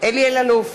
אלי אלאלוף,